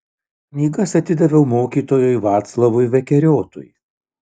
knygas atidaviau mokytojui vaclovui vekeriotui